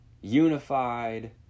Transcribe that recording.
unified